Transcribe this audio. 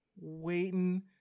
waiting